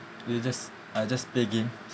we'll just I'll just play games